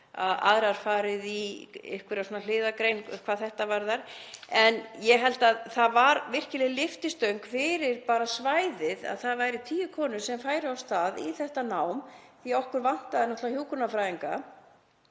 aðrar farið í einhverjar hliðargreinar hvað þetta varðar. En það var virkileg lyftistöng fyrir svæðið að það væru tíu konur sem færu af stað í þetta nám því að okkur vantaði náttúrlega hjúkrunarfræðinga